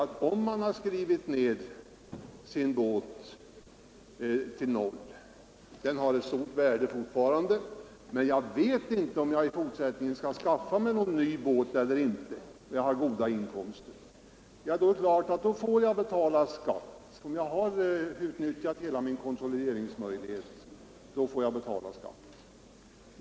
Om man har skrivit ner sin båt till noll, trots att den fortfarande har ett stort värde, men har goda inkomster och inte vet om man skall skaffa sig en ny båt eller inte, får man självfallet betala skatt, om man utnyttjat alla sina konsolideringsmöjligheter.